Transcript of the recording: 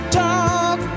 talk